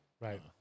Right